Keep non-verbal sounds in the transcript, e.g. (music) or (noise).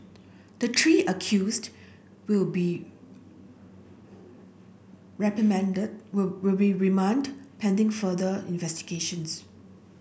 the three accused will be (unintelligible) remanded pending further investigations